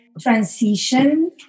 transition